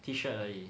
T-shirt 而已